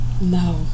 No